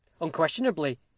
Unquestionably